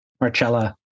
Marcella